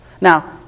Now